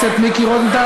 חבר הכנסת מיקי רוזנטל,